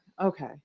okay